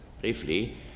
briefly